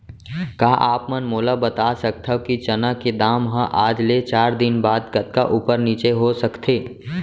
का आप मन मोला बता सकथव कि चना के दाम हा आज ले चार दिन बाद कतका ऊपर नीचे हो सकथे?